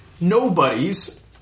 Nobody's